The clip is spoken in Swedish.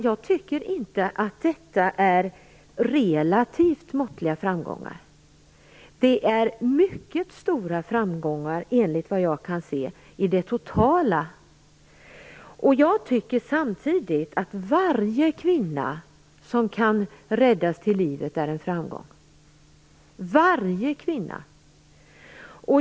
Jag tycker inte att de framgångar som har gjorts är relativt måttliga. Det är totalt sett mycket stora framgångar. Jag tycker att varje kvinna som kan räddas till livet är en framgång.